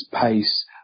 pace